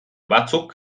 batzuk